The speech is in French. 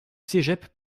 cégep